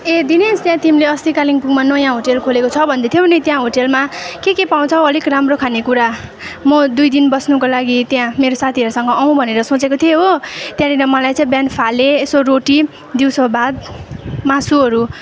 ए दिनेश त्यहाँ तिमीले अस्ति कालेम्पोङमा नयाँ होटल खोलेको छ भन्दैथियौ नि त्यहाँ होटलमा के के पाउँछ हौ अलिक राम्रो खानेकुरा म दुई दिन बस्नुको लागि त्यहाँ मेरो साथीहरूसँग आउँ भनेर सोचेको थिएँ हो त्यहाँनिर मलाई चाहिँ बिहान फाले यसो रोटी दिउँसो भात मासुहरू